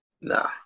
Nah